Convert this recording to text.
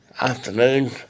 afternoon